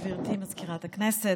גברתי מזכירת הכנסת,